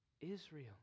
Israel